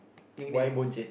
nickname